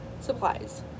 supplies